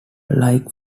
like